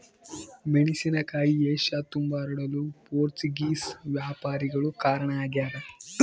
ಮೆಣಸಿನಕಾಯಿ ಏಷ್ಯತುಂಬಾ ಹರಡಲು ಪೋರ್ಚುಗೀಸ್ ವ್ಯಾಪಾರಿಗಳು ಕಾರಣ ಆಗ್ಯಾರ